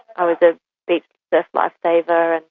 i was a beach surf lifesaver,